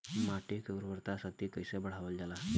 माटी के उर्वता शक्ति कइसे बढ़ावल जाला?